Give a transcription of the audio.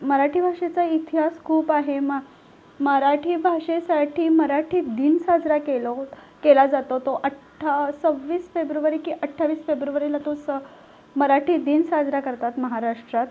मराठी भाषेचा इतिहास खूप आहे म मराठी भाषेसाठी मराठी दिन साजरा केलं होत् केला जातो तो अट्ठा सव्वीस फेब्रुवारी की अठ्ठावीस फेब्रुवारीला तो सं मराठी दिन साजरा करतात महाराष्ट्रात